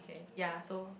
ya so